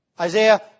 Isaiah